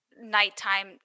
nighttime